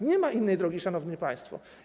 Nie ma innej drogi, szanowni państwo.